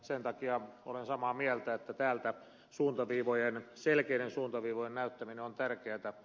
sen takia olen samaa mieltä että täältä selkeiden suuntaviivojen näyttäminen on tärkeätä